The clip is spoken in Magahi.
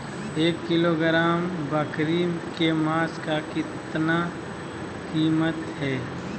एक किलोग्राम बकरी के मांस का कीमत कितना है?